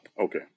okay